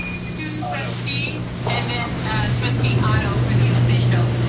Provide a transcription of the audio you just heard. student trustee, and then trustee otto for the official.